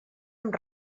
amb